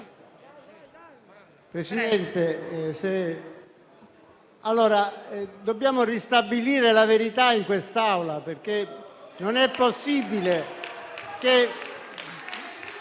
Presidente, dobbiamo ristabilire la verità in Assemblea perché non è possibile...